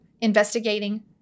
investigating